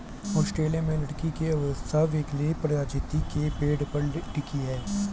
Australia में लकड़ी की अर्थव्यवस्था यूकेलिप्टस प्रजाति के पेड़ पर टिकी है